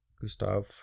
Gustav